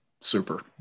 super